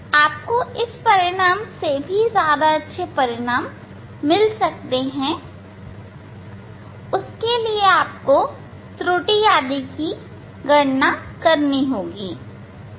आपको इस परिणाम से ज्यादा अच्छा परिणाम मिल सकता है इसके लिए आपको त्रुटि आदि की गणना करनी चाहिए